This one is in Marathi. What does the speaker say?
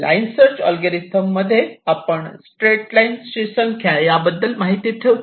लाईन सर्च अल्गोरिदम आपण स्ट्रेट लाईन्स ची संख्या याबद्दल माहिती ठेवतो